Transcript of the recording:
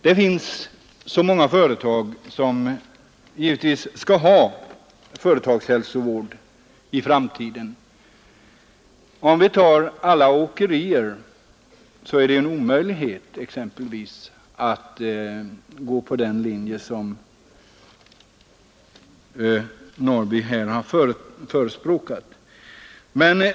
Det finns så många små företag som givetvis skall ha företagshälsovård i framtiden, men när det gäller exempelvis alla åkerier spridda runt om i landet är det en omöjlighet att följa den linje som herr Norrby här har förespråkat.